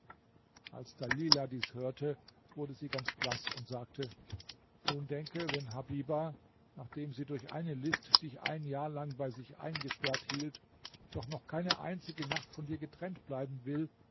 als dalila dies hörte wurde sie ganz blaß und sagte nun denke wenn habiba nachdem sie durch eine list dich ein jahr lang bei sich eingesperrt hielt doch noch keine einzige nacht von dir getrennt bleiben will